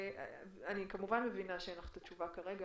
אני כמובן מבינה שאין לך את התשובה כרגע